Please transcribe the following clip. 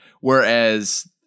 Whereas